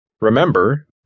Remember